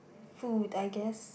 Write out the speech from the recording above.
food I guess